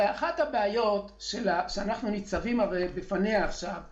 הרי אחת הבעיות שאנחנו ניצבים בפניה עכשיו היא